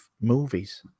movies